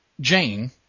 Jane